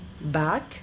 back